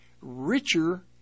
richer